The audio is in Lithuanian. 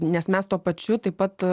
nes mes tuo pačiu taip pat